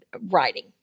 writing